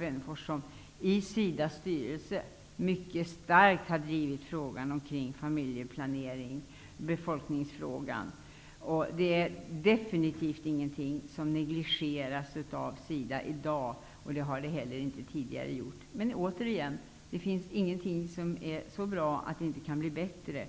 lämnat kammaren -- i SIDA:s styrelse mycket starkt drivit frågan om familjeplanering och befolkningsfrågan. Det är definitivt inte någonting som negligeras av SIDA i dag, och så har inte heller tidigare varit fallet. Men ingenting är så bra att det inte kan bli bättre.